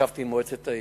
ישבתי עם מועצת העיר,